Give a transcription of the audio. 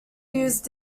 use